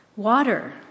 Water